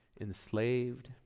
enslaved